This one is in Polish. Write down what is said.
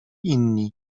inni